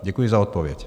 Děkuji za odpověď.